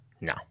No